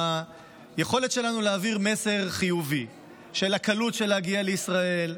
ביכולת שלנו להעביר מסר חיובי על הקלות להגיע לישראל.